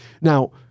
Now